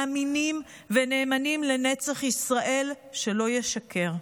מאמינים ונאמנים לנצח ישראל שלא ישקר.